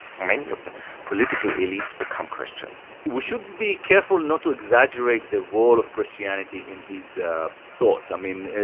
many of the political elites become christians we should be careful not to exaggerate the role of christianity in his thoughts. i mean,